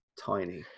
tiny